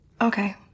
Okay